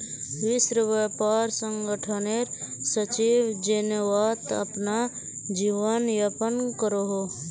विश्व व्यापार संगठनेर सचिव जेनेवात अपना जीवन यापन करोहो